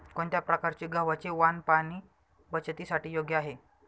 कोणत्या प्रकारचे गव्हाचे वाण पाणी बचतीसाठी योग्य आहे?